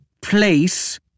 place